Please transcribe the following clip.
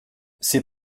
ces